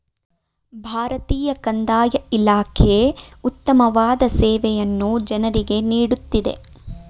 ಭಾರತೀಯ ಕಂದಾಯ ಇಲಾಖೆ ಉತ್ತಮವಾದ ಸೇವೆಯನ್ನು ಜನರಿಗೆ ನೀಡುತ್ತಿದೆ